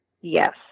Yes